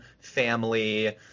family